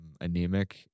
anemic